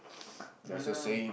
another